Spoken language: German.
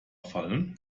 fallen